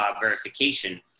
verification